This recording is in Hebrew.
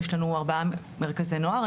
יש לנו ארבעה מרכזי נוער,